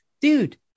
dude